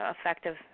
effective